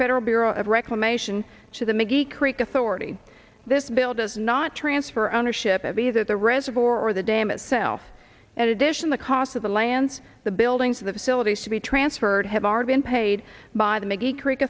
federal bureau of reclamation to the miggy creek authority this bill does not transfer ownership of either the reservoir or the dam itself at addition the cost of the land the buildings the facilities to be transferred have already been paid by the maybe creek